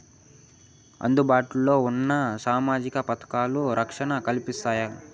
అందుబాటు లో ఉన్న సామాజిక పథకాలు, రక్షణ కల్పిస్తాయా?